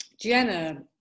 jenna